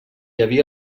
havia